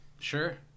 Sure